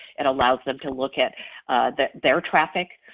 it allows them to look at that there traffic,